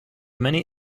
many